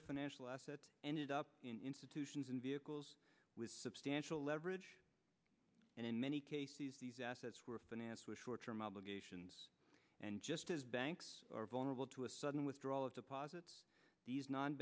of financial assets ended up in institutions in vehicles with substantial leverage and in many cases these assets were financed with short term obligations and just as banks are vulnerable to a sudden withdrawal of deposits